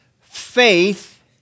faith